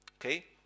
Okay